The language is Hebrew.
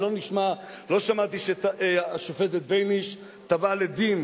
ולא שמעתי שהשופטת בייניש תבעה לדין